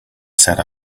said